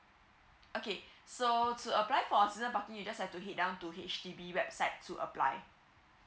okay so to apply for a season parking you just have to head down to H_D_B website to apply